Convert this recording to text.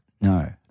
No